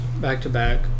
back-to-back